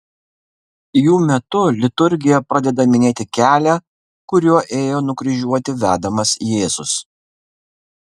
jų metu liturgija pradeda minėti kelią kuriuo ėjo nukryžiuoti vedamas jėzus